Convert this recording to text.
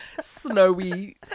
snowy